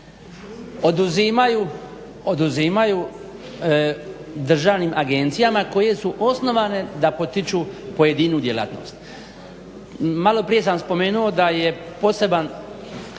oduzimaju državnim agencijama koje su osnovane da potiču pojedinu djelatnost. Malo prije sam spomenuo da je poseban